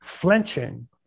flinching